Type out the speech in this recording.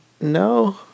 No